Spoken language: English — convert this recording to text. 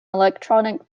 electronic